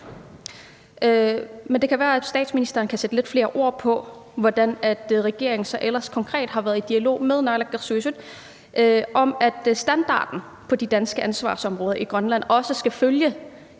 Men det kan være, at statsministeren kan sætte lidt flere ord på, hvordan regeringen så ellers konkret har været i dialog med naalakkersuisut om, at standarden på de danske ansvarsområder i Grønland også skal følge